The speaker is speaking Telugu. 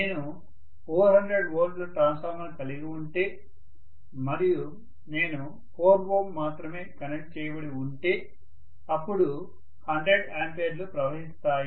నేను 400 వోల్ట్ ల ట్రాన్స్ఫార్మర్ కలిగి ఉంటే మరియు నేను 4 Ω మాత్రమే కనెక్ట్ చేయబడి ఉంటే అప్పుడు 100 ఆంపియర్లు ప్రవహిస్తాయి